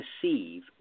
perceive